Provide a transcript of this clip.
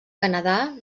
canadà